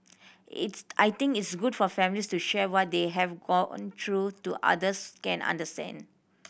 it's I think it's good for families to share what they have gone through to others can understand